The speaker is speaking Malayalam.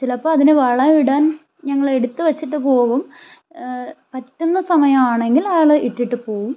ചിലപ്പോൾ അതിന് വളം ഇടാൻ ഞങ്ങൾ എടുത്ത് വെച്ചിട്ട് പോകും പറ്റുന്ന സമയമാണെങ്കിൽ ആള് ഇട്ടിട്ട് പോവും